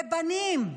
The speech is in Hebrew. בבנים.